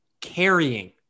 carrying